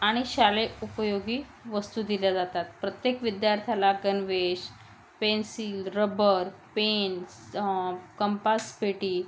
आणि शालेय उपयोगी वस्तू दिल्या जातात प्रत्येक विद्यार्थ्याला गणवेश पेन्सिल रबर पेन कंपासपेटी